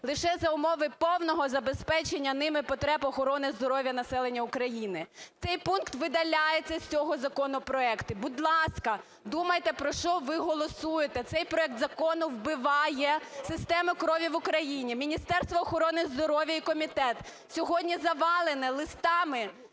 лише за умови повного забезпечення ними потреб охорони здоров'я населення України". Цей пункт видається з цього законопроекту. Будь ласка, думайте, про що ви голосуєте. Цей проект закону вбиває систему крові в Україні. Міністерство охорони здоров'я і комітет сьогодні завалені листами